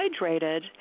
hydrated